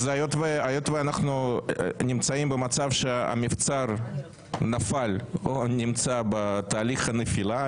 היות שאנחנו נמצאים במצב שהמבצר נפל או נמצא בתהליך נפילה,